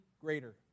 greater